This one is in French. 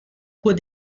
cours